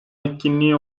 etkinliği